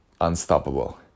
unstoppable